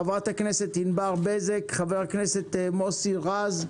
חברת הכנסת ענבר בזק, חבר הכנסת מוסי רז,